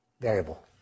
variable